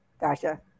Gotcha